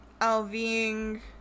Alving